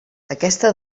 aquesta